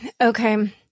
okay